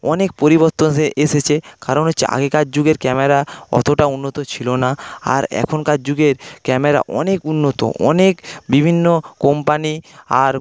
অনেক পরিবর্তন এসেছে কারণ হচ্ছে আগেকার যুগের ক্যামেরা অতটা উন্নত ছিল না আর এখনকার যুগের ক্যামেরা অনেক উন্নত অনেক বিভিন্ন কোম্পানি আর